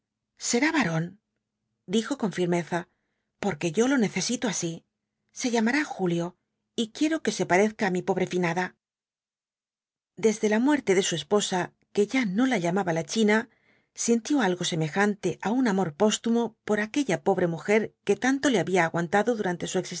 será varón dijo con firmeza porque yo lo necesito así se llamará julio y quiero que se parezca á mi pobre finada desde la muerte de su esposa que ya no la llamaba la china sintió algo semejante á un amor postumo por aquella pobre mujer que tanto le había aguantado durante su